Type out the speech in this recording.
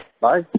Bye